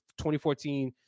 2014